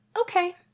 okay